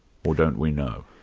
or don't we know?